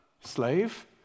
slave